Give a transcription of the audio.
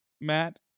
Matt